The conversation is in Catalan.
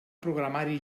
programari